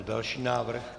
Další návrh.